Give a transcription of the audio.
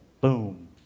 boom